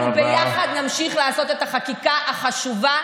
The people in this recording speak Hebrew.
אנחנו ביחד נמשיך לעשות את החקיקה החשובה